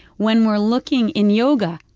when we're looking in yoga,